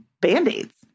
Band-Aids